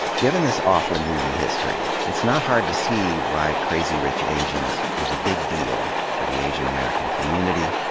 given this awful movie history, it's not hard to see why crazy rich asians was a big deal for the asian american community,